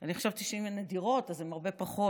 אני חשבתי שאם הן נדירות אז הן הרבה פחות,